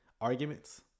arguments